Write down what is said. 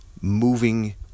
moving